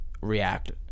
react